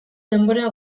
denbora